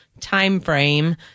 timeframe